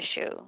issue